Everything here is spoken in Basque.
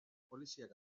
poliziak